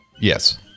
Yes